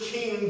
King